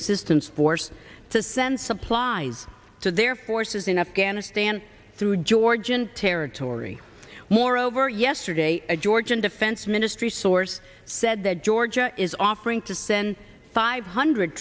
assistance force to send supplies to their forces in afghanistan through georgian territory moreover yesterday a georgian defense ministry source said that georgia is offering to send five hundred